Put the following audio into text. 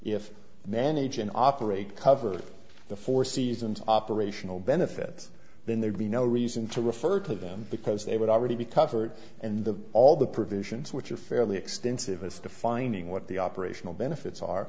if manage an operate covered the four seasons operational benefits then there'd be no reason to refer to them because they would already be covered and the all the provisions which are fairly extensive us defining what the operational benefits are